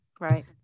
Right